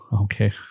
Okay